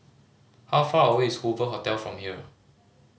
how far away is Hoover Hotel from here